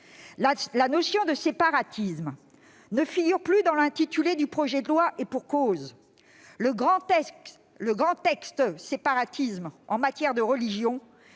La notion de séparatisme ne figure plus dans l'intitulé du projet de loi, et pour cause : le grand texte relatif au séparatisme en matière de religion